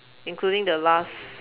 including the last